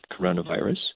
coronavirus